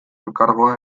elkargoa